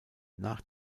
nach